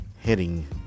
heading